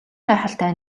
гайхалтай